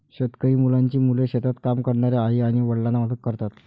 शेतकरी मुलांची मुले शेतात काम करणाऱ्या आई आणि वडिलांना मदत करतात